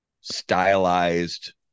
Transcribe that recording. stylized